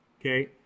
Okay